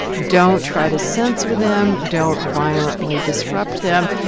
don't try to censor them. don't violently disrupt them.